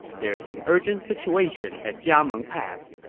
there's an urgent situation at jiameng pass.